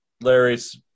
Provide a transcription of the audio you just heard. Larry's